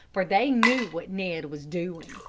for they knew what ned was doing.